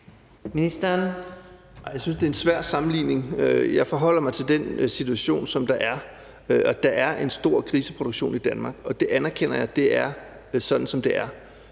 Jeg synes, det er en svær sammenligning. Jeg forholder mig til den situation, der er, og at der er en stor griseproduktion i Danmark. Jeg anerkender, at det er sådan, det er,